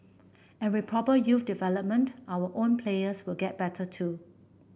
and with proper youth development our own players will get better too